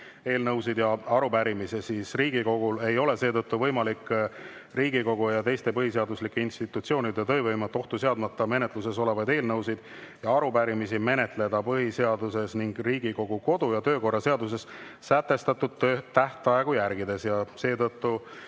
eelnõusid ja arupärimisi, siis Riigikogul ei ole võimalik Riigikogu ja teiste põhiseaduslike institutsioonide töövõimet ohtu seadmata menetluses olevaid eelnõusid ja arupärimisi menetleda põhiseaduses ning Riigikogu kodu- ja töökorra seaduses sätestatud tähtaegu järgides. Seetõttu